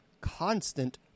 constant